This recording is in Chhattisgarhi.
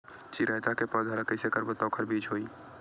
चिरैता के पौधा ल कइसे करबो त ओखर बीज होई?